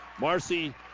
Marcy